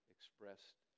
Expressed